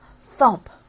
thump